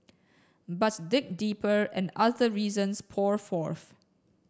but dig deeper and other reasons pour forth